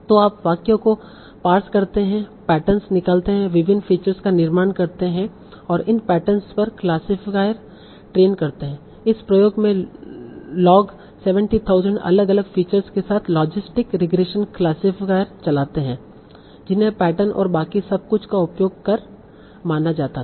तो आप वाक्य को पार्स करते हैं पैटर्न निकालते हैं विभिन्न फीचर्स का निर्माण करते हैं और इन पैटर्न पर क्लासिफायर ट्रेन करते हैं इस प्रयोग में लोग 70000 अलग अलग फीचर्स के साथ लॉजिस्टिक रिग्रेशन क्लासिफायर चलाते हैं जिन्हें पैटर्न और बाकी सब कुछ का उपयोग कर माना जाता था